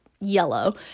yellow